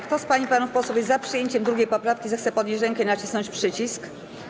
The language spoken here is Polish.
Kto z pań i panów posłów jest za przyjęciem 2. poprawki, zechce podnieść rękę i nacisnąć przycisk.